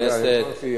אדוני השר,